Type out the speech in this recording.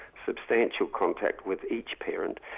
substantial contact with each parent,